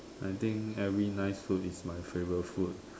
I think every nice food is my favorite food